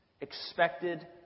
expected